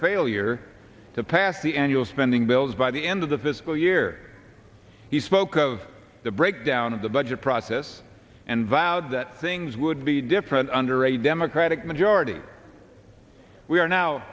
failure to pass at the annual spending bills by the end of the fiscal year he spoke of the breakdown of the budget process and vowed that things would be different under a democratic majority we are now